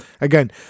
Again